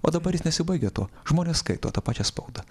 o dabar jis nesibaigia tuo žmonės skaito tą pačią spaudą